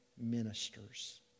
ministers